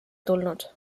tulnud